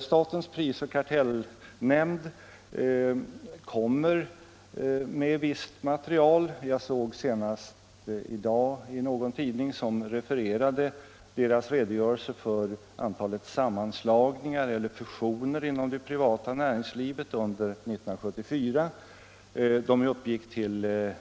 Statens prisoch kartellnämnd lämnar visst material. Jag läste i dag i en tidning ett referat av SPK:s redogörelse för antalet sammanslagningar eller fusioner inom det privata näringslivet under 1974. De uppgick till